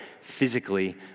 physically